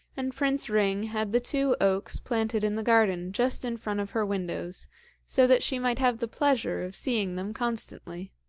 and prince ring had the two oaks planted in the garden just in front of her windows so that she might have the pleasure of seeing them constantly.